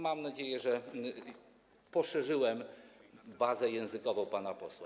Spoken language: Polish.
Mam nadzieję, że poszerzyłem bazę językową pana posła.